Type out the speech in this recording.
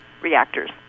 reactors